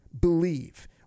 Believe